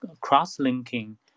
cross-linking